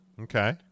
Okay